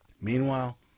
Meanwhile